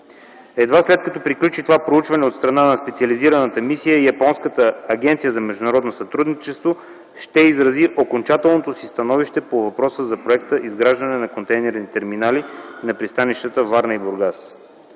Едва след като приключи това проучване от страна на специализираната мисия, японската Агенция за международно сътрудничество ще изрази окончателното си становище по въпроса за Проекта „Изграждане на контейнерни терминали на пристанищата Варна и Бургас”.